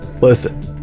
listen